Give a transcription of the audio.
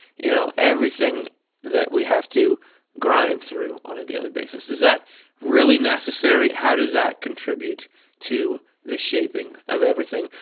you know, everything that we have to grind through on a daily basis. is that really necessary? how does that contribute to the shaping of everything?